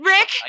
Rick